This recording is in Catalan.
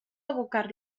abocar